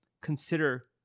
consider